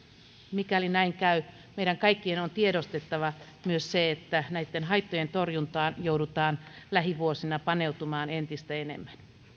mikäli näin käy meidän kaikkien on tiedostettava myös se että näitten haittojen torjuntaan joudutaan lähivuosina paneutumaan entistä enemmän